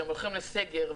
שהם הולכים לסגר,